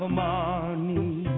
money